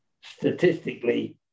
statistically